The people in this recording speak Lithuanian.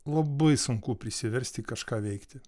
labai sunku prisiversti kažką veikti